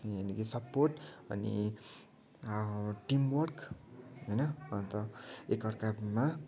यहाँनिर सपोर्ट अनि team work होइन अन्त एक अर्कामा